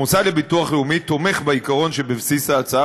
המוסד לביטוח לאומי תומך בעיקרון שבבסיס ההצעה,